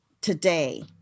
today